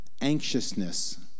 anxiousness